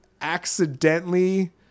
accidentally